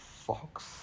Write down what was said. Fox